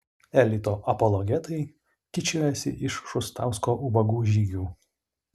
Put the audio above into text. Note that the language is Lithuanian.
elito apologetai tyčiojasi iš šustausko ubagų žygių